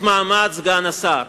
בדבר מעמד סגן השר.